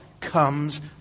comes